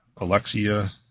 Alexia